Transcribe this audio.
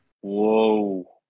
Whoa